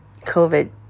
covid